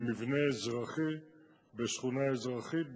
זה מבנה אזרחי בשכונה אזרחית בבאר-שבע,